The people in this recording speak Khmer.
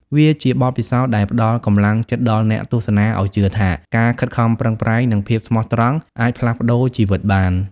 វាជាបទពិសោធដែលផ្ដល់កម្លាំងចិត្តដល់អ្នកទស្សនាឱ្យជឿថា ការខិតខំប្រឹងប្រែង និងភាពស្មោះត្រង់អាចផ្លាស់ប្ដូរជីវិតបាន។